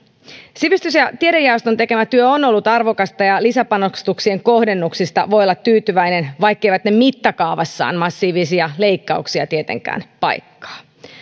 sivistys ja tiedejaoston tekemä työ on ollut arvokasta ja lisäpanostuksien kohdennuksista voi olla tyytyväinen vaikka ne eivät mittakaavassa massiivisia leikkauksia tietenkään paikkaa